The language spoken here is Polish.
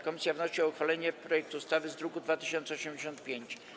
Komisja wnosi o uchwalenie projektu ustawy z druku nr 2085.